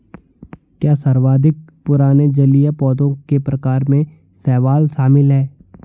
क्या सर्वाधिक पुराने जलीय पौधों के प्रकार में शैवाल शामिल है?